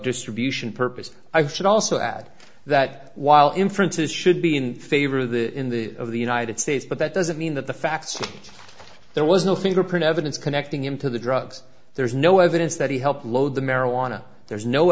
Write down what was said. distribution purpose i should also add that while inferences should be in favor that in the of the united states but that doesn't mean that the fact there was no fingerprint evidence connecting him to the drugs there's no evidence that he helped load the marijuana there's no